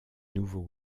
nouveau